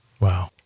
Wow